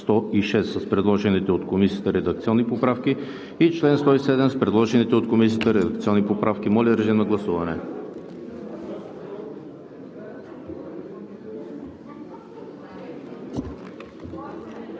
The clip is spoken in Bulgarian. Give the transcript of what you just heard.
106 с предложените от Комисията редакционни поправки и чл. 107 с предложените от Комисията редакционни поправки. Гласували